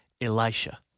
Elisha